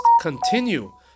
continue